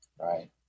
Right